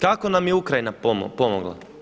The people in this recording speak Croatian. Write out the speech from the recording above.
Kako nam je Ukrajina pomogla?